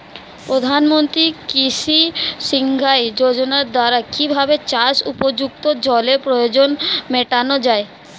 প্রধানমন্ত্রী কৃষি সিঞ্চাই যোজনার দ্বারা কিভাবে চাষ উপযুক্ত জলের প্রয়োজন মেটানো য়ায়?